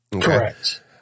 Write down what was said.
correct